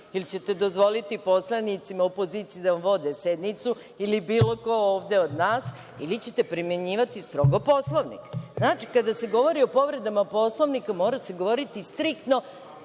Ili ćete dozvoliti poslanicima opozicije da vode sednicu ili bilo ko odve od nas ili ćete primenjivati strogo Poslovnik. Znači, kada se govori o povredama Poslovnika, mora se govoriti striktno